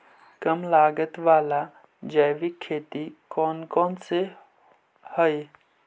कम लागत वाला जैविक खेती कौन कौन से हईय्य?